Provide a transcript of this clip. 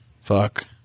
Fuck